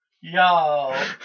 Yo